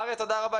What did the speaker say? אריה, תודה רבה.